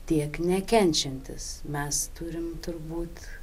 tiek nekenčiantis mes turim turbūt